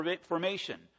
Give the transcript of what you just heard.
formation